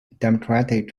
democratic